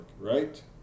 right